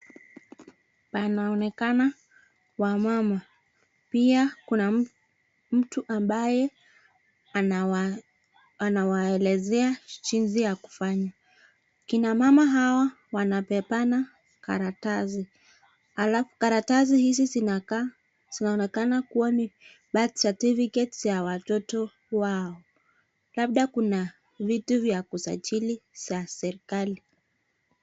Panaonekana wamama , pia kuna mtu ambaye anawa anawaelezea jinsi ya kufanya . Kina mama hawa wanabebana karatasi alafu karatasi hizi zinakaa zinaonekana kuwa ni birth certificate za watoto wao . Labda kuna vitu vya kusajiri za serikali .